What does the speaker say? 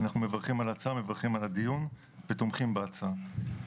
אנחנו מברכים על הדיון ותומכים בהצעה.